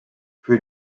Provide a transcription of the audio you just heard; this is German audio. für